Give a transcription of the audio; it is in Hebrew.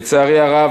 לצערי הרב,